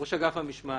ראש אגף המשמעת.